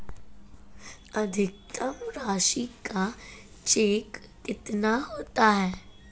अधिकतम राशि का चेक कितना होता है?